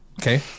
Okay